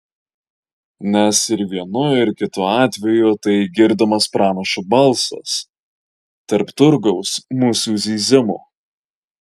nes ir vienu ir kitu atveju tai girdimas pranašo balsas tarp turgaus musių zyzimo